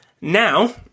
Now